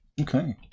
okay